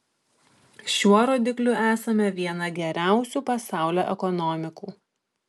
šiuo rodikliu esame viena geriausių pasaulio ekonomikų